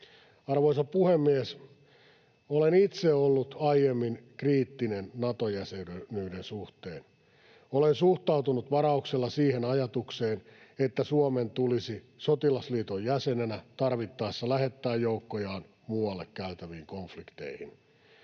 Arvoisa puhemies! Olen itse ollut aiemmin kriittinen Nato-jäsenyyden suhteen. Olen suhtautunut varauksella siihen ajatukseen, että Suomen tulisi sotilasliiton jäsenenä tarvittaessa lähettää joukkojaan muualla käytäviin konflikteihin.